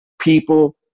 people